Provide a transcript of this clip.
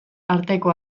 arteko